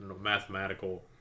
mathematical